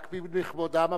להקפיד בכבודם,